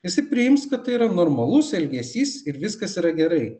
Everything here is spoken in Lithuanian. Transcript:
jisai priims kad tai yra normalus elgesys ir viskas yra gerai